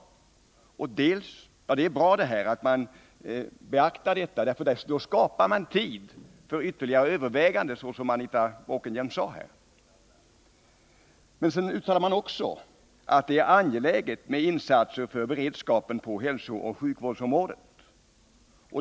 Det är bra att kommittén skall beakta detta riksdagens ställningstagande, för därigenom vinns, som Anita Bråkenhielm sade, tid för ytterligare överväganden. Socialutskottet uttalar också att det är angeläget med insatser för beredskapen på hälsooch sjukvårdsområdet.